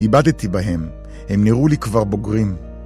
איבדתי בהם. הם נראו לי כבר בוגרים.